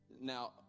Now